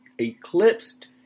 eclipsed